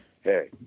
hey –